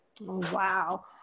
Wow